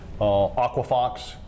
Aquafox